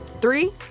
three